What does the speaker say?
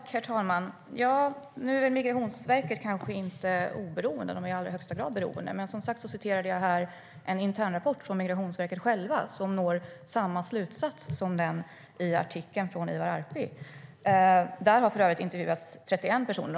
Herr talman! Migrationsverket är väl inte direkt oberoende. De är i allra högsta grad beroende. Som sagt citerade jag här Migrationsverkets egen internrapport i vilken de når samma slutsats som Ivar Arpi gör i sin artikel. Där har för övrigt 31 personer intervjuats.